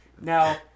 now